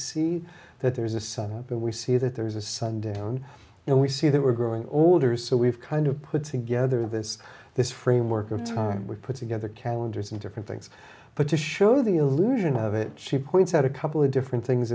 see that there's a subtle but we see that there's a sundown and we see that we're growing older so we've kind of put together this this framework of time we put together calendars and different things but to show the illusion of it she points out a couple of different things